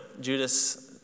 Judas